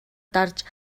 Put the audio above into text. дарж